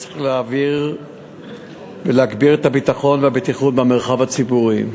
צריך להגביר את הביטחון והבטיחות במרחב הציבורי.